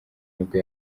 nibwo